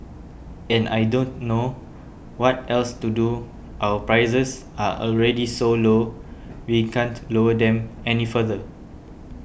and I don't know what else to do our prices are already so low we can't lower them any further